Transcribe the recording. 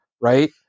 Right